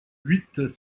huit